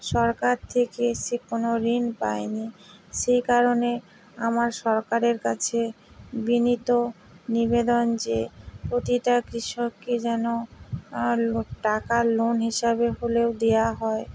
সরকার থেকে সে কোনো ঋণ পায় নি সেই কারণে আমার সরকারের কাছে বিনীত নিবেদন যে প্রতিটা কৃষককে যেন লো টাকা লোন হিসাবে হলেও দেওয়া হয়